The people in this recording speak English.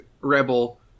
rebel